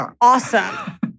awesome